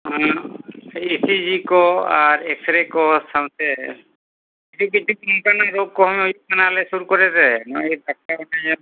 ᱚᱱᱟ E C G ᱠᱚ ᱟᱨ ᱮᱠᱥᱮᱨᱮ ᱠᱚ ᱥᱟᱶᱛᱮ ᱠᱤᱪᱷᱩ ᱚᱱᱠᱟᱱᱟᱜ ᱨᱳᱜᱽ ᱠᱚᱦᱚᱸ ᱦᱤᱡᱩᱜ ᱠᱟᱱᱟ ᱟᱞᱮ ᱥᱩᱨ ᱠᱚᱨᱮᱨᱮ